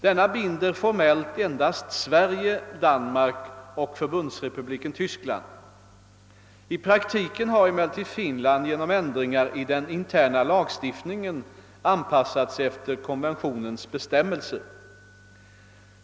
Denna binder formellt endast Sverige, Danmark och Förbundsrepubliken Tyskland. I praktiken har emellertid Finland genom ändringar i den interna lagstiftningen anpassat sig efter konventionens bestämmelser.